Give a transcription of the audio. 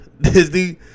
Disney